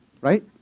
right